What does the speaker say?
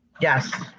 Yes